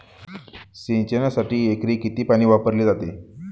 सिंचनासाठी एकरी किती पाणी वापरले जाते?